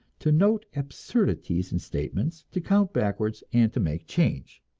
to note absurdities in statements, to count backwards, and to make change.